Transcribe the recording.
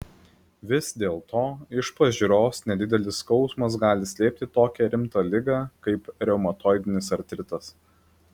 vis dėlto iš pažiūros nedidelis skausmas gali slėpti tokią rimtą ligą kaip reumatoidinis artritas